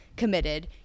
committed